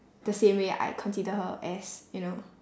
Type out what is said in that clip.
the same way I consider her as you know